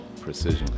Precision